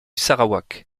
sarawak